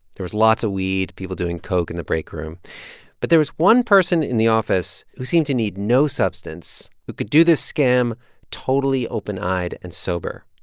there was lots of weed, people doing coke in the break room but there was one person in the office who seemed to need no substance, who could do this scam totally open-eyed and sober.